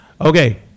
Okay